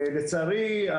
לצערי,